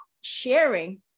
sharing